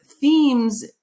themes